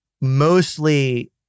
mostly